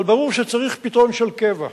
אבל ברור שצריך פתרון של קבע.